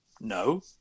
no